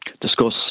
discuss